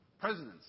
presidents